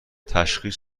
تشخیص